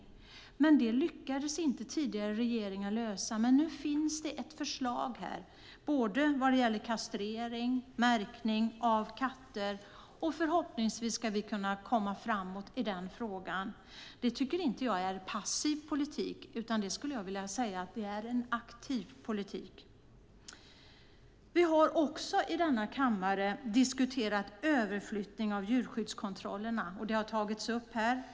Tidigare regeringar har inte lyckats lösa problemen, men nu finns ett förslag vad gäller kastrering och märkning av katter. Förhoppningsvis kommer vi framåt i frågan. Det tycker jag inte är passiv politik utan en aktiv politik. Vi har också i denna kammare diskuterat överflyttningen av djurskyddskontrollerna. Frågan har tagits upp här.